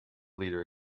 leader